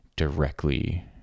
directly